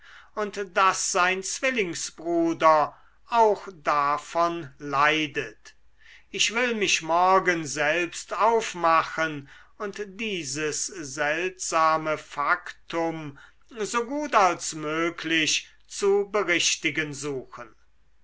und daß sein zwillingsbruder auch davon leidet ich will mich morgen selbst aufmachen und dieses seltsame faktum so gut als möglich zu berichtigen suchen